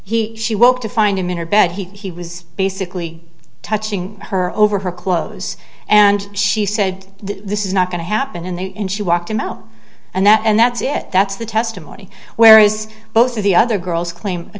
he she woke to find him in her bed he was basically touching her over her clothes and she said this is not going to happen in the end she walked him out and that and that's it that's the testimony whereas most of the other girls claim a